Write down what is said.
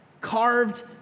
carved